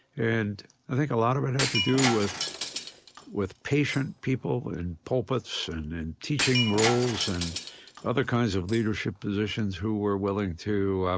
and i think a lot of it had to do with with patient people in pulpits and in teaching roles and other kinds of leadership positions who were willing to